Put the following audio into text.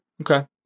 Okay